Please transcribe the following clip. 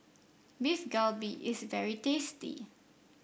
Beef Galbi is very tasty